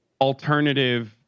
alternative